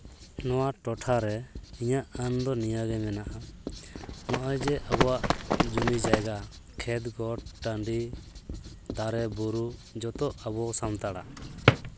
ᱱᱚᱣᱟ ᱴᱚᱴᱷᱟᱨᱮ ᱤᱧᱟᱹᱜ ᱟᱹᱱ ᱫᱚ ᱱᱤᱭᱟᱹᱜᱮ ᱢᱮᱱᱟᱜᱼᱟ ᱱᱚᱜᱼᱚᱭ ᱡᱮ ᱟᱵᱚᱣᱟᱜ ᱡᱚᱢᱤ ᱡᱟᱭᱜᱟ ᱠᱷᱮᱛ ᱜᱚᱴ ᱴᱟᱺᱰᱤ ᱫᱟᱨᱮ ᱵᱩᱨᱩ ᱡᱚᱛᱚ ᱟᱵᱚ ᱥᱟᱱᱛᱟᱲᱟᱜ